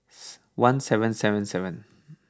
one seven seven seven